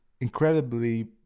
incredibly